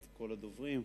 את כל הדוברים.